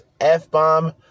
F-bomb